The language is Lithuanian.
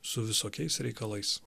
su visokiais reikalais